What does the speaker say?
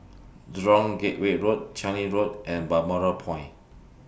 Jurong Gateway Road Changi Road and Balmoral Point